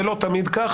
זה לא תמיד כך,